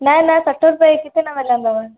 न न सठि रुपय इहा किथे न मिलंदव